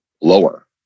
lower